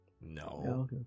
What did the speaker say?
No